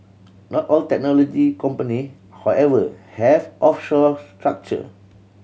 not all technology company however have offshore structure